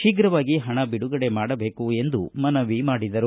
ಶೀಘವಾಗಿ ಹಣ ಬಿಡುಗಡೆ ಮಾಡಬೇಕು ಎಂದು ಮನವಿ ಮಾಡಿದರು